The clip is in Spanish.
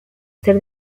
ser